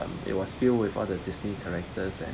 it was filled with all the disney characters and